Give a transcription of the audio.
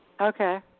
Okay